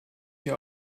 hier